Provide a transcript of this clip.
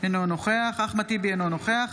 אינו נוכח אחמד טיבי, אינו נוכח